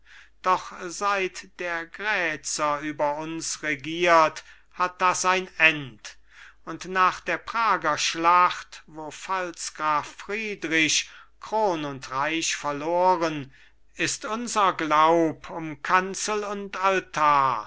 doch seit der grätzer über uns regiert hat das ein end und nach der prager schlacht wo pfalzgraf friedrich kron und reich verloren ist unser glaub um kanzel und altar